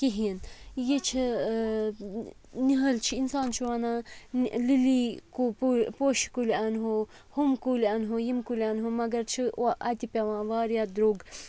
کِہیٖنۍ یہِ چھِ نِۂلۍ چھِ اِنسان چھُ وَنان لِلی پوشہٕ کُلۍ اَنہو ہُم کُلۍ اَنہو یِم کُلۍ اَنہو مگر چھِ اَتہِ پٮ۪وان واریاہ درٛوٚگ